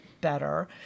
better